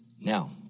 Now